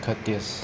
courteous